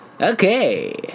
Okay